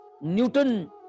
Newton